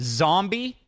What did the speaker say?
zombie